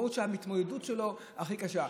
מיעוט שההתמודדות שלו הכי קשה.